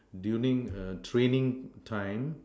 during err training time